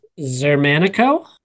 Zermanico